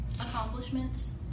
accomplishments